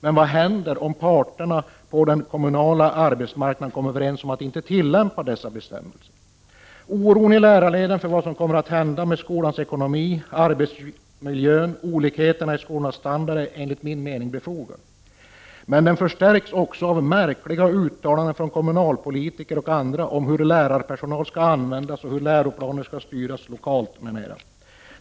Men vad händer om parterna på den kommunala arbetsmarknaden kommer överens om att inte tillämpa dessa bestämmelser? Oron i lärarleden för vad som kommer att hända med skolans ekonomi, arbetsmiljö och olikheterna i skolornas standard är enligt min mening befogad. Men den förstärks också av märkliga uttalanden från kommunalpolitiker och andra om hur lärarpersonal skall användas och hur läroplaner skall styras lokalt, m.m.